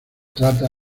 trata